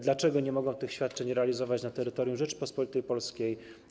Dlaczego nie mogą tych świadczeń realizować na terytorium Rzeczypospolitej Polskiej?